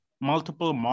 multiple